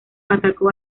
atacó